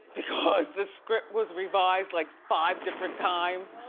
because the script was revised like five different times.